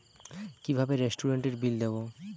কিভাবে রেস্টুরেন্টের বিল দেবো?